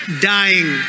dying